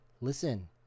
listen